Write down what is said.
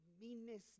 meanness